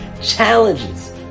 challenges